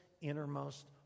Innermost